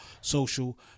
social